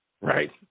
Right